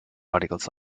articles